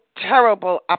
terrible